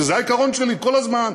וזה העיקרון שלי כל הזמן,